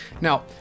Now